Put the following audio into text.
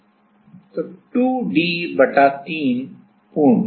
2 d बटा 3 पूर्ण वर्ग